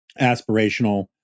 aspirational